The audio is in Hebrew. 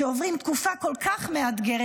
שעוברים תקופה כל כך מאתגרת,